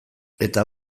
eta